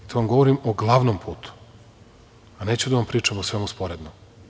To vam govorim o glavnom putu, a neću da vam pričam o svemu sporednom.